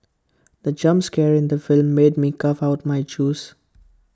the jump scare in the film made me cough out my juice